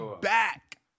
back